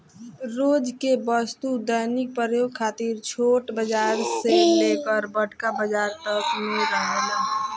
रोज के वस्तु दैनिक प्रयोग खातिर छोट बाजार से लेके बड़का बाजार तक में रहेला